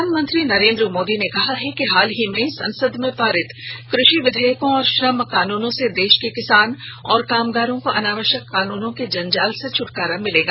प्रधानमंत्री नरेन्द्र मोदी ने कहा है कि हाल ही में संसद में पारित कृषि विधेयकों और श्रम कानूनों से देश के किसान और कामगारों को अनावश्यक कानूनों के जंजाल से छुटकारा मिलेगा